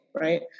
right